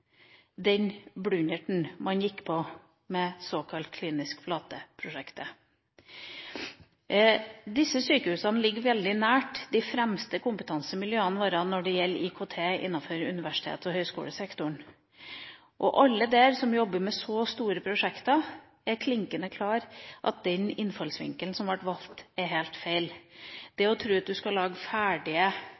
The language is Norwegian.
den blunderen man gikk på med såkalt klinisk flate prosjekter, ikke skal skje igjen. Disse sykehusene ligger veldig nært de fremste kompetansemiljøene våre når det gjelder IKT innenfor universitets- og høyskolesektoren, og alle som jobber der med så store prosjekter, er klinkende klare på at den innfallsvinkelen som ble valgt, er helt feil. Det å tro at du skal lage ferdige